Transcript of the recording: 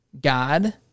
God